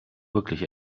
wirklich